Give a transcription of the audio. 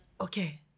okay